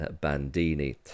Bandini